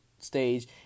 stage